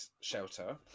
shelter